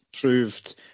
proved